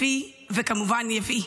הביא, וכמובן יביא.